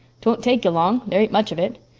twon't take you long there ain't much of it.